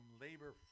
Labor